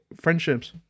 friendships